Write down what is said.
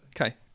Okay